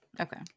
Okay